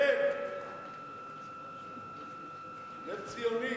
לב טוב, לב, לב ציוני.